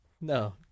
No